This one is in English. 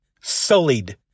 sullied